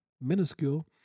minuscule